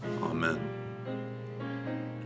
amen